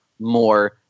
more